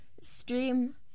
stream